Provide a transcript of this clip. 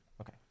Okay